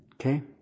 Okay